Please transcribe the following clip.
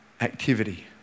activity